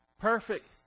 perfect